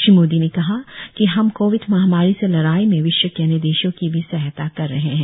श्री मोदी ने कहा कि हम कोविड महामारी से लडाई में विश्व के अन्य देशों की भी सहायता कर रहे हैं